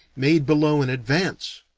made below in advance!